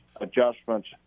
adjustments